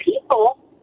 people